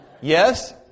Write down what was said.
Yes